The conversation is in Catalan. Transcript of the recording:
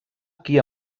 qui